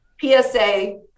PSA